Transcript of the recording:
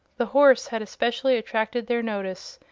the horse had especially attracted their notice,